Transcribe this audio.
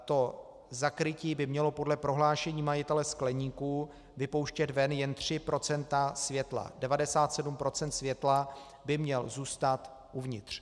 To zakrytí by mělo podle prohlášení majitele skleníku vypouštět ven jen 3 % světla, 97 % světla by mělo zůstat uvnitř.